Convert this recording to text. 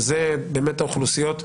שאלה באמת האוכלוסיות,